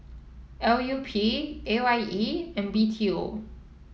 L U P A Y E and B T O